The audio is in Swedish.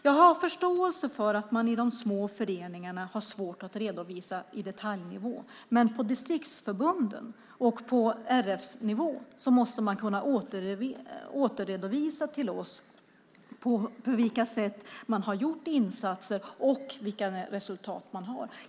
Jag har förståelse för att de små föreningarna har svårt att redovisa på detaljnivå, men på distriktsförbunden och på RF-nivå måste man kunna återredovisa för oss vilka insatser man har gjort och vilka resultat man har nått.